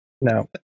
no